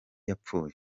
yapfuye